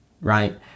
right